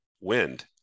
wind